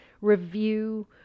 review